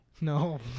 No